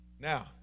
Now